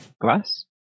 glass